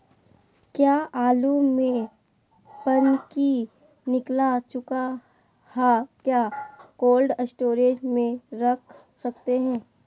क्या आलु में पनकी निकला चुका हा क्या कोल्ड स्टोरेज में रख सकते हैं?